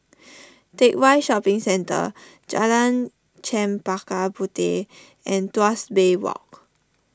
Teck Whye Shopping Centre Jalan Chempaka Puteh and Tuas Bay Walk